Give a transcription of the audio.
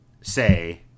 say